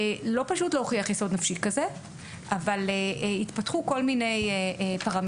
לא פשוט להוכיח יסוד נפשי כזה אבל התפתחו כל מיני פרמטרים.